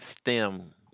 STEM